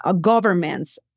governments